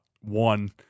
one